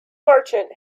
merchant